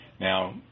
Now